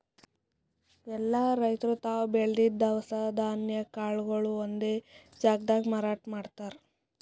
ಎಲ್ಲಾ ರೈತರ್ ತಾವ್ ಬೆಳದಿದ್ದ್ ದವಸ ಧಾನ್ಯ ಕಾಳ್ಗೊಳು ಒಂದೇ ಜಾಗ್ದಾಗ್ ಮಾರಾಟ್ ಮಾಡ್ತಾರ್